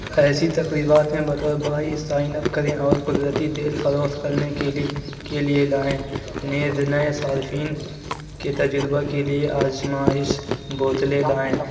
ایسی تقریبات میں بطور بائع سائن اپ کریں اور قدرتی تیل فروخت کرنے کے لیے کے لیے لائیں نیز نئے صارفین کے تجربہ کے لیے آزمائش بوتلیں لائیں